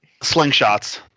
Slingshots